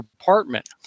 apartment